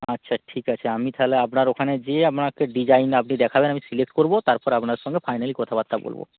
আচ্ছা ঠিক আছে আমি তাহলে আপনার ওখানে যেয়ে আমাকে ডিজাইন আপনি দেখাবেন আমি সিলেক্ট করব তারপর আপনার সঙ্গে ফাইনালি কথাবার্তা বলব